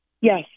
Yes